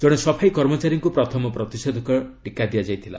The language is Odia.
ଜଣେ ସଫାଇ କର୍ମଚାରୀଙ୍କୁ ପ୍ରଥମ ପ୍ରତିଷେଧକ ଟିକା ଦିଆଯାଇଥିଲା